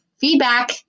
feedback